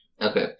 Okay